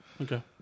Okay